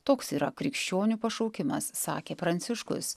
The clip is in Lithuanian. toks yra krikščionių pašaukimas sakė pranciškus